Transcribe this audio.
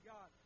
God